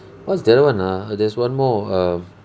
what's the other one ah there's one more err